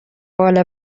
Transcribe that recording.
بالا